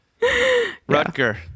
Rutger